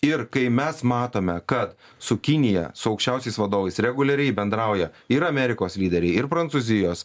ir kai mes matome kad su kinija su aukščiausiais vadovais reguliariai bendrauja ir amerikos lyderiai ir prancūzijos